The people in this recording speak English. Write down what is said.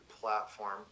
platform